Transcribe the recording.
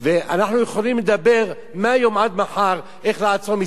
אנחנו יכולים לדבר מהיום עד מחר איך לעצור מסתננים.